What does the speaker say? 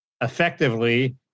effectively